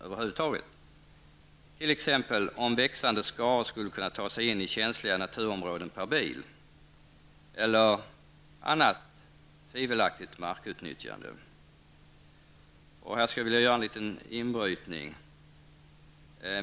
Är det t.ex. positivt om växande skaror skall kunna ta sig in i känsliga naturområden per bil? Det finns också annat turistiskt markutnyttjande som kan vara tvivelaktigt. Jag skulle här vilja göra en liten utvikning.